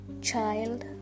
child